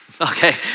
okay